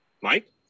Mike